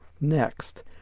next